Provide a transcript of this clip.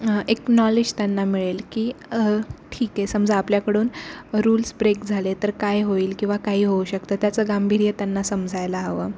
एक नॉलेज त्यांना मिळेल की ठीक आहे समजा आपल्याकडून रुल्स ब्रेक झाले तर काय होईल किंवा काही होऊ शकतं त्याचं गांभीर्य त्यांना समजायला हवं